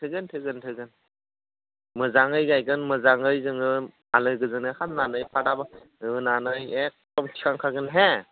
थोगोन थोगोन थोगोन मोजांयै गायगोन मोजांयै जोङो आलो गोजोन खालामनानै एगदम थिखांखागोन हे